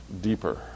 deeper